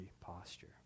posture